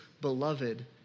beloved